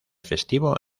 festivo